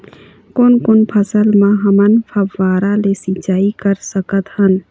कोन कोन फसल म हमन फव्वारा ले सिचाई कर सकत हन?